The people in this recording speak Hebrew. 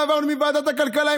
ועברנו מוועדת הכלכלה,